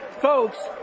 Folks